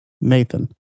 Nathan